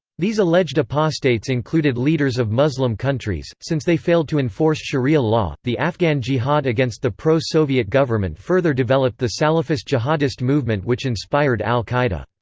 these alleged apostates included leaders of muslim countries, since they failed to enforce sharia law the afghan jihad against the pro-soviet government further developed the salafist jihadist movement which inspired al-qaeda.